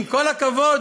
עם כל הכבוד,